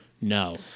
No